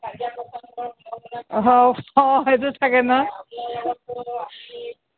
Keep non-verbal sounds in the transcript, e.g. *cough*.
*unintelligible* অ অ সেইটো থাকে ন' *unintelligible*